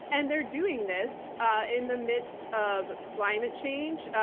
and they're doing this in the midst of climate change,